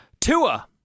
Tua